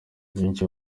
benshi